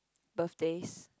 birthdays